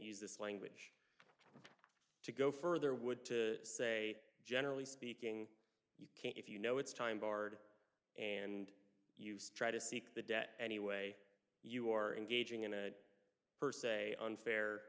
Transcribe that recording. use this language to go further would to say generally speaking you can't if you know it's time barred and use try to seek the debt any way you are engaging in it per se unfair